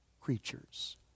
creatures